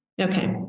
Okay